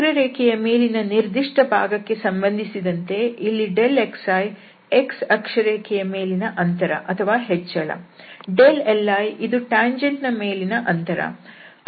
ವಕ್ರರೇಖೆ ಯ ಮೇಲಿನ ನಿರ್ದಿಷ್ಟ ಭಾಗಕ್ಕೆ ಸಂಬಂಧಿಸಿದಂತೆ ಇಲ್ಲಿ xi x ಅಕ್ಷರೇಖೆಯ ಮೇಲಿನ ಅಂತರ ಅಥವಾ ಹೆಚ್ಚಳ ಹಾಗೂ li ಇದು ಟ್ಯಾಂಜೆಂಟ್ ಮೇಲಿನ ಅಂತರ